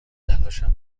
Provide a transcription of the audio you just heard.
تلاشم